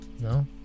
No